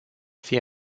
fie